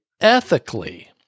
ethically